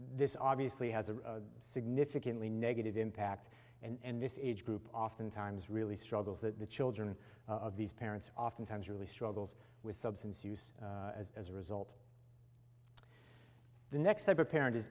this obviously has a significantly negative impact and this age group oftentimes really struggles that the children of these parents oftentimes really struggles with substance use as a result the next type of parent is